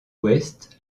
ouest